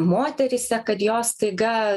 moteryse kad jos staiga